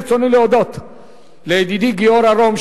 ברצוני להודות לידידי גיורא רום,